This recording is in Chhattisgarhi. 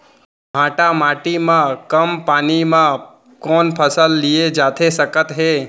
भांठा माटी मा कम पानी मा कौन फसल लिए जाथे सकत हे?